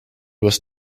was